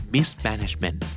Mismanagement